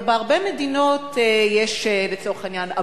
אבל בהרבה מדינות יש לצורך העניין,